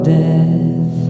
death